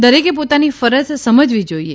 દરેકે પોતાની ફરજ સમજવી જોઇએ